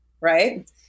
right